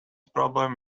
problem